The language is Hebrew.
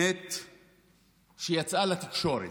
היא אמת שיצאה לתקשורת.